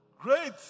Great